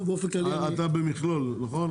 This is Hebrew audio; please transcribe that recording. טוב, באופן כללי --- אתה במכלול, נכון?